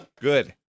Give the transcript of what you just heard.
Good